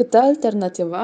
kita alternatyva